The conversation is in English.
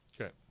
Okay